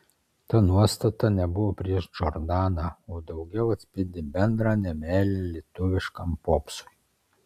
ta nuostata nebuvo prieš džordaną o daugiau atspindi bendrą nemeilę lietuviškam popsui